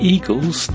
Eagles